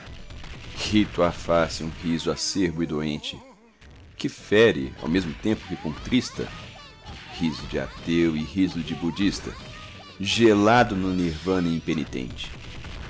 ri tua face um riso acerbo e doente que fere ao mesmo tempo que contrista riso de ateu e riso de budista gelado no nirvana impenitente